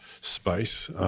space